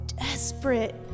desperate